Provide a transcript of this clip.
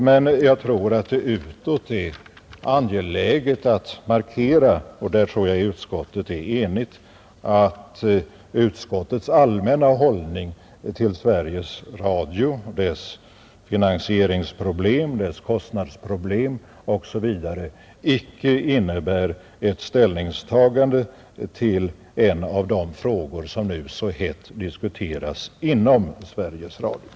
Men jag tror att det utåt är angeläget att markera — och därom tror jag utskottet är enigt — att utskottets allmänna hållning till Sveriges Radio och dess finansieringsproblem, kostnadsproblem osv. icke innebär ett ställningstagande till en av de frågor som nu så hett diskuteras inom Sveriges Radio.